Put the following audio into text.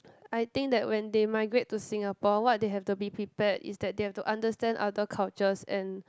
I think that when they migrate to Singapore what they have to be prepared is that they have to understand other cultures and